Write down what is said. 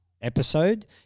episode